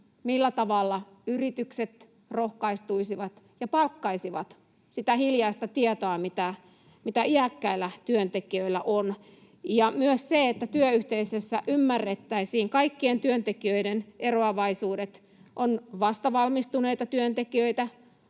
millä tavalla yritykset rohkaistuisivat ja palkkaisivat sitä hiljaista tietoa, mitä iäkkäillä työntekijöillä on, ja olisipa hienoa myös se, että työyhteisöissä ymmärrettäisiin kaikkien työntekijöiden eroavaisuudet: on vastavalmistuneita työntekijöitä,